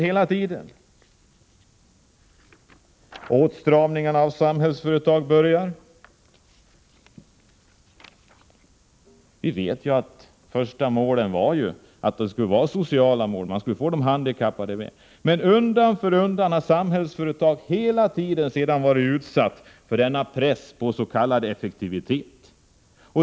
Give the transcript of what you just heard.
Man börjar ta till åtstramningar när det gäller Samhällsföretag. Vi vet att målen från början skulle vara sociala, man skulle få de handikappade med. Undan för undan har Samhällsföretag sedan hela tiden varit utsatt för en press för att man skulle få s.k. effektivitet.